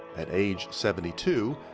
at age seventy two,